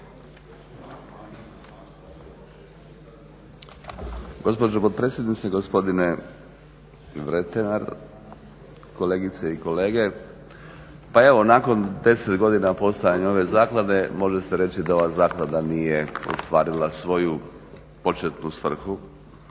Gospođo potpredsjednice, gospodine Vretenar, kolegice i kolege. Pa evo nakon 10 godina postojanja ove Zaklade može se reći da ova Zaklada nije ostvarila svoju početnu svrhu,